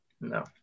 No